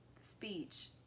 speech